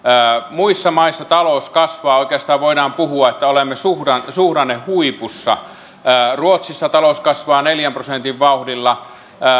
muissa maissa talous kasvaa oikeastaan voidaan puhua että olemme suhdannehuipussa ruotsissa talous kasvaa neljän prosentin vauhdilla